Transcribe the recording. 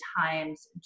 times